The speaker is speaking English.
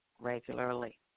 regularly